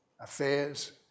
affairs